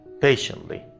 patiently